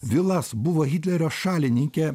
vilas buvo hitlerio šalininkė